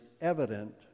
evident